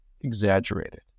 exaggerated